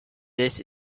this